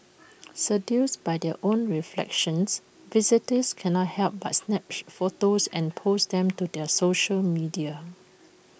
seduced by their own reflections visitors cannot help but snap photos and post them to their social media